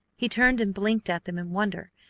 he turned and blinked at them in wonder.